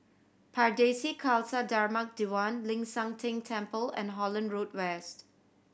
Pardesi Khalsa Dharmak Diwan Ling San Teng Temple and Holland Road West